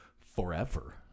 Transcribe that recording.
forever